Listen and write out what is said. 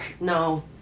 No